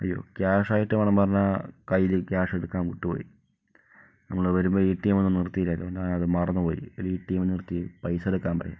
അയ്യോ ക്യാഷ് ആയിട്ട് വേണം എന്ന് പറഞ്ഞാൽ കൈയിൽ ക്യാഷ് എടുക്കാൻ വിട്ട് പോയി നമ്മൾ വരുമ്പോൾ എ ടി എം മിൽ നിർത്തിലായിരുന്നു പിന്നെ ഞങ്ങൾ അത് മറന്ന് പോയി എടിഎം നിർത്തി പൈസ എടുക്കാൻ പറയാൻ